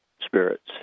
spirits